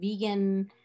vegan